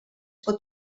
pot